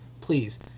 Please